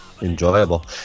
enjoyable